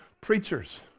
preachers